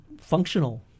functional